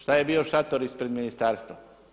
Šta je bio šator ispred ministarstva?